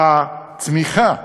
הצמיחה,